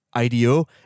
IDO